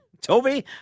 Toby